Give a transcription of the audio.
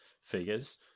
figures